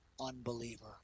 unbeliever